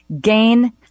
Gain